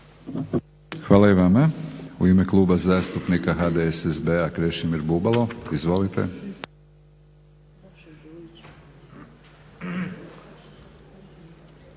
Hvala i vama. U ime Kluba zastupnika HDSSB-a Krešimir Bubalo. Izvolite.